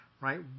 right